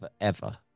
forever